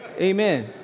Amen